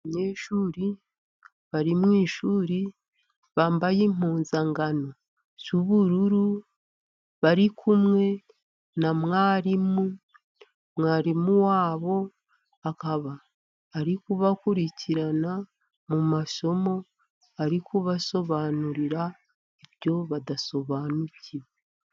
Abanyeshuri bari mu ishuri bambaye impuzankano z’ubururu bari kumwe na mwarimu, mwarimu wabo akaba ari kubakurikirana mu masomo, ari kubasobanurira ibyo badasobanukiwe.